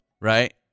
right